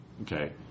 Okay